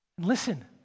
Listen